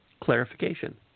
clarification